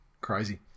Crazy